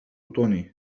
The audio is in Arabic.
توني